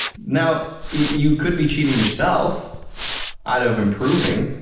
now, you could be cheating yourself out of improving